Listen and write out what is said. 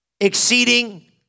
exceeding